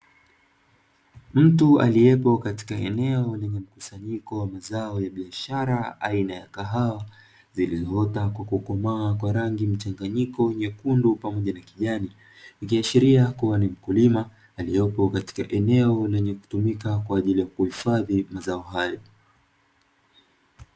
Mtu aliye katika eneo lenye mazao ya biashara aina ya kahawa, zilizokomaa kwa rangi mchanganyiko, nyekundu na kijani, ikiashiria kuwa ni mkulima aliye katika eneo la kuhifadhia mazao hayo.